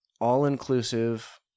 all-inclusive